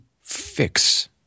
fix